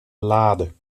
lade